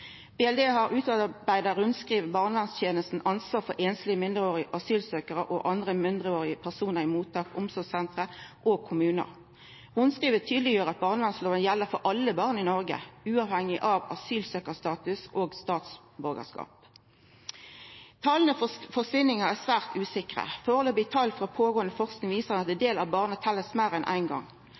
BLD har utarbeidd eit rundskriv om barnevernstenestas ansvar for einslege mindreårige asylsøkjarar og andre mindreårige personar i mottak, omsorgssenter og kommunar. Rundskrivet tydeleggjer at barnevernsloven gjeld for alle barn i Noreg, uavhengig av asylsøkjarstatus og statsborgarskap. Tala for forsvinningar er svært usikre. Førebelse tal frå pågåande forsking viser at ein del av barna blir talde meir enn ein gong.